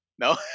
No